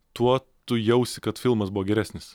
tuo tu jausi kad filmas buvo geresnis